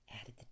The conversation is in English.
added